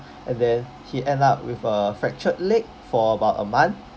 and then he end up with a fractured leg for about a month